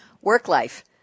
work-life